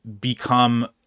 become